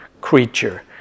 creature